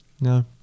No